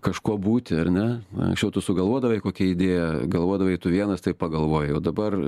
kažkuo būti ar ne anksčiau tu sugalvodavai kokią idėją galvodavai tu vienas tai pagalvojai o dabar